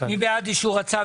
מי בעד אישור הצו?